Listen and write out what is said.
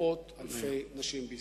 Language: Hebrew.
מאות אלפי נשים בישראל.